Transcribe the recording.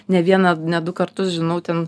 ne vieną ne du kartus žinau ten